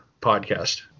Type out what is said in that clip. podcast